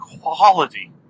quality